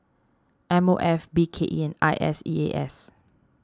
M O F B K E and I S E A S